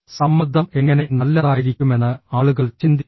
സമ്മർദ്ദം എങ്ങനെ നല്ലതായിരിക്കുമെന്ന് ആളുകൾ ചിന്തിക്കുന്നു